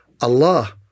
Allah